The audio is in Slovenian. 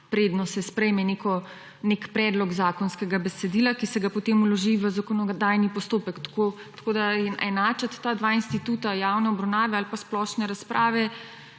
preden se sprejme nek predlog zakonskega besedila, ki se potem vloži v zakonodajni postopek. Tako da enačiti ta dva instituta javne obravnave ali pa splošne razprave